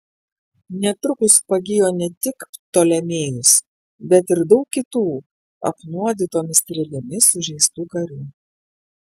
netrukus pagijo ne tik ptolemėjus bet ir daug kitų apnuodytomis strėlėmis sužeistų karių